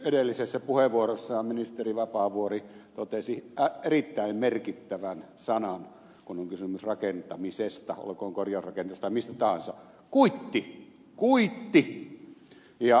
edellisessä puheenvuorossaan ministeri vapaavuori totesi erittäin merkittävän sanan kun on kysymys rakentamisesta olkoon korjausrakentamisesta tai mistä tahansa kuitti kuitti